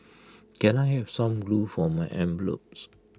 can I have some glue for my envelopes